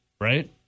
right